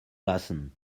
lassen